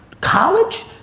college